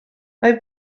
mae